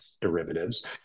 derivatives